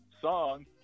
song